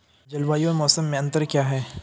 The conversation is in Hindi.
जलवायु और मौसम में अंतर क्या है?